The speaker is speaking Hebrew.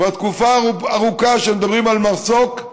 כבר תקופה ארוכה שמדברים על מסוק,